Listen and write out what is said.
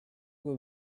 who